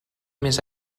més